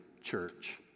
church